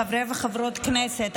חברי וחברות כנסת,